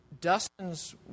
Dustin's